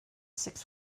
six